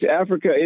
Africa